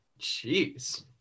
jeez